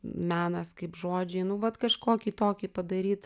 menas kaip žodžiai nu vat kažkokį tokį padaryt